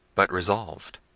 but resolved.